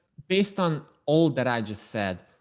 based on all that i just said,